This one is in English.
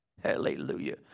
hallelujah